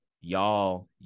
y'all